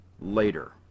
later